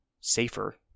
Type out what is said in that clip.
safer